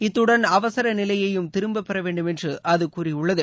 இத்துடன் அவசர நிலையையும் திரும்பப்பெற வேண்டும் என்று அது கூறியுள்ளது